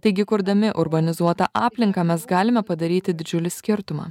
taigi kurdami urbanizuotą aplinką mes galime padaryti didžiulį skirtumą